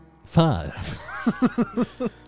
Five